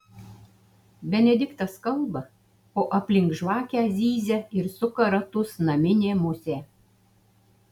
benediktas kalba o aplink žvakę zyzia ir suka ratus naminė musė